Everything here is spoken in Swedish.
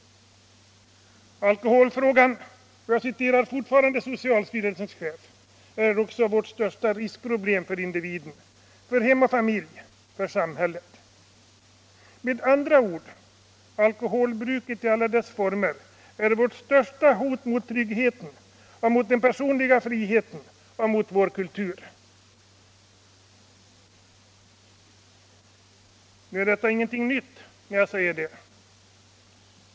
Alkoholfrågan är — jag citerar fortfarande socialstyrelsens chef — vårt största riskproblem för individen, för barn och familj och för samhället. Alkoholbruket i alla dess former är med andra ord vårt största hot mot tryggheten, mot den personliga friheten och mot vår kultur. Nu är det som jag här sagt inte någonting nytt.